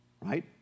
right